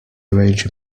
arrange